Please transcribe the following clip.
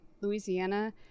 Louisiana